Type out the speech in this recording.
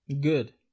Good